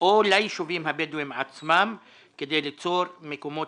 או ליישובים הבדואים כדי ליצור מקומות